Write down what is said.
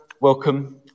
welcome